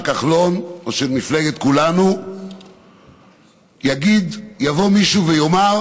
כחלון או של מפלגת כולנו יבוא מישהו ויאמר